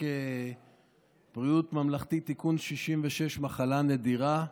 בריאות ממלכתי (תיקון 66) (מחלה נדירה),